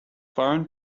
foreign